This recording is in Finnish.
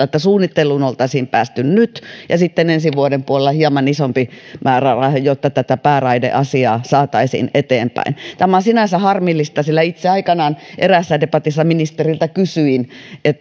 että suunnitteluun oltaisiin päästy nyt ja sitten ensi vuoden puolella hieman isompi määräraha jotta tätä pääraideasiaa saataisiin eteenpäin tämä on sinänsä harmillista sillä itse aikanaan eräässä debatissa ministeriltä kysyin